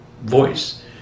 voice